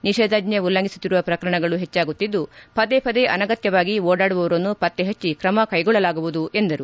ನಿಷೇಧಾಜ್ನ ಉಲ್ಲಂಘಿಸುತ್ತಿರುವ ಪ್ರಕರಣಗಳು ಹೆಚ್ಚಾಗುತ್ತಿದ್ದು ಪದೇ ಪದೇ ಅನಗತ್ಯವಾಗಿ ಓಡಾಡುವವರನ್ನು ಪತ್ತೆ ಪಟ್ಟಿ ಕ್ರಮ ಕೈಗೊಳ್ಳಲಾಗುವುದು ಎಂದರು